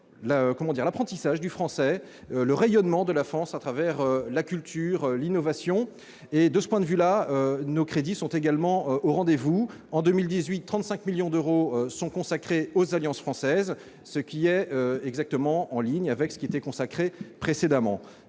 l'apprentissage du français et le rayonnement de la France au travers de la culture et de l'innovation. De ce point de vue, les crédits alloués sont également au rendez-vous, puisque, en 2018, 35 millions d'euros sont consacrés aux alliances françaises, ce qui est exactement en ligne avec ce qui leur était destiné précédemment.